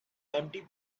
empty